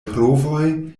provoj